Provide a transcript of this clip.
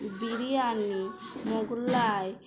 biryani Mughlai